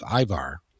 Ivar